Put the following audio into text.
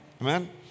Amen